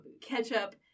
ketchup